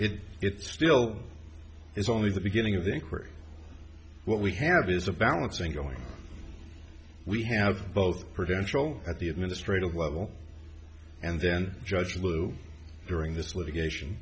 it still is only the beginning of the inquiry what we have is a balancing going we have both credential at the administrative level and then judge lou during this litigation